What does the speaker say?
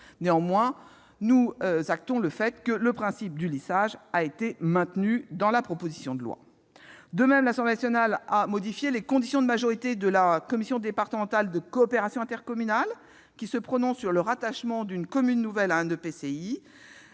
actons néanmoins le fait que le principe du lissage a été maintenu dans la proposition de loi. L'Assemblée nationale a modifié, par ailleurs, les conditions de majorité de la commission départementale de coopération intercommunale, la CDCI, qui se prononce sur le rattachement d'une commune nouvelle à un EPCI.